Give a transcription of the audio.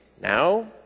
now